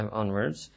onwards